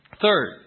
Third